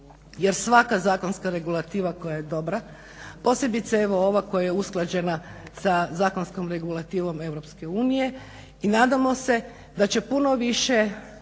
jer svaka zakonska regulativa koja je dobra, posebice evo ova koja je usklađena sa zakonskom regulativom EU. I nadamo se da će puno više